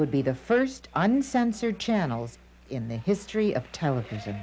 would be the st uncensored channels in the history of television